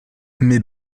mais